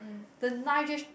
the knife just